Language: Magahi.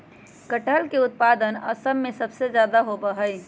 कटहल के उत्पादन असम में सबसे ज्यादा होबा हई